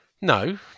No